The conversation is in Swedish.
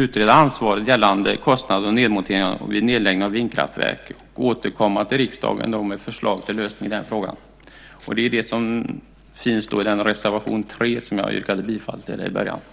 utreda ansvaret gällande kostnader för nedmontering vid nedläggning av vindkraftverk och återkomma till riksdagen med förslag till lösning i frågan. Detta finns utvecklat i reservation 3 som jag yrkade bifall till i början av mitt anförande.